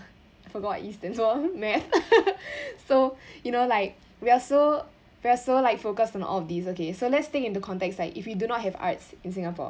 I forgot what e stands for math so you know like we are so we are so like focused in all of these okay so let's think in the context like if we do not have arts in singapore